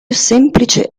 semplice